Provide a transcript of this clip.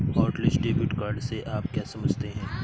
Hotlist debit card से आप क्या समझते हैं?